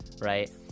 right